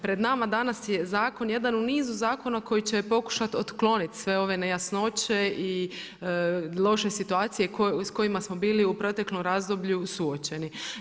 Pred nama danas je zakon jedan u nizu zakona koji će pokušati otkloniti sve ove nejasnoće i loše situacije s kojima smo bili u proteklom razdoblju suočeni.